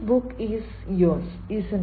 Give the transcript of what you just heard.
this book is yours isn't it